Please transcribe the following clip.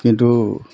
কিন্তু